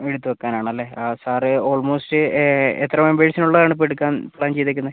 എടുത്ത് വെക്കാൻ ആണല്ലേ ആ സാറേ ഓൾമോസ്റ്റ് എത്ര മെമ്പേഴ്സിന് ഉള്ളതാണ് ഇപ്പം എടുക്കാൻ പ്ലാൻ ചെയ്തേക്കുന്നത്